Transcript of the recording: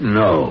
no